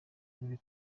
ruri